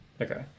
Okay